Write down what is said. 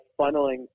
funneling